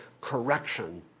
correction